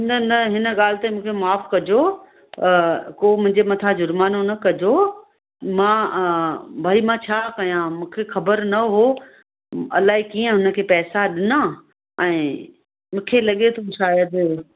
न न हिन ॻाल्हि ते मूंखे माफ़ु कजो को मुंहिंजे मथां जुर्मानो न कजो मां भाई मां छा कयां मूंखे ख़बर न हो अलाए कीअं हुन खे पैसा ॾिना ऐं मूंखे लॻे थो शायदि